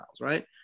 right